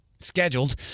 scheduled